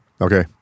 okay